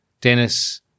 Dennis